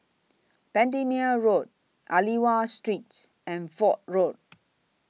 Bendemeer Road Aliwal Street and Fort Road